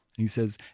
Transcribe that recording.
he says,